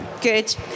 good